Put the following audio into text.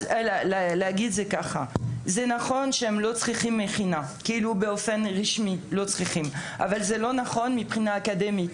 זה נכון שהם לא צריכים מכינה באופן רשמי אבל זה לא נכון מבחינה אקדמית.